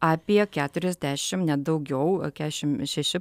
apie keturiasdešimt net daugiau keturiasdešimt šeši